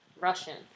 Russian